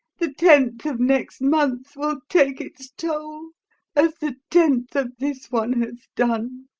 the tenth of next month will take its toll as the tenth of this one has done.